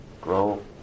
grow